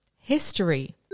history